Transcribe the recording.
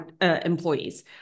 employees